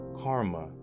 karma